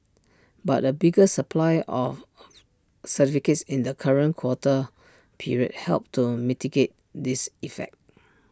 but A bigger supply of certificates in the current quota period helped to mitigate this effect